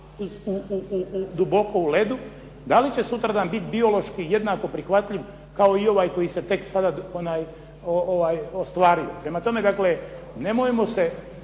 duboko u ledu, da li će sutradan biti biološki jednako prihvatljiv kao i ovaj koji se tek sada ostvario? Prema tome dakle, nemojmo sada